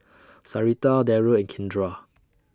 Sarita Daryl and Kindra